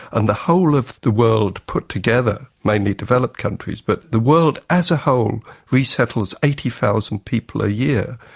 and the whole of the world put together, mainly developed countries, but the world as a whole resettles eighty thousand people a year.